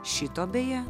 šito beje